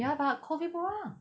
ya but COVID 不让